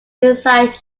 inside